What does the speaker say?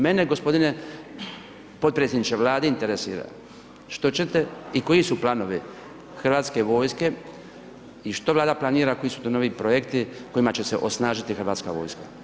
Mene g. potpredsjedniče Vlade interesira što ćete i koji su planovi hrvatske vojske i što Vlada planira, koji su to novi projekti kojima će se osnažiti hrvatska vojska?